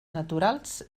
naturals